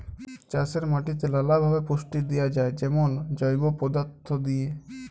চাষের মাটিতে লালাভাবে পুষ্টি দিঁয়া যায় যেমল জৈব পদাথ্থ দিঁয়ে